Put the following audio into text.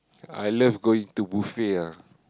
I love going to buffet ah